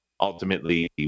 ultimately